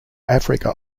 africa